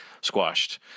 squashed